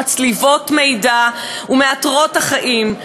מצליבות מידע ומאתרות אחאים,